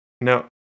No